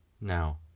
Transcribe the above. Now